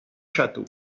château